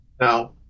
Now